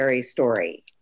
story